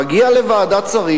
מגיע לוועדת שרים,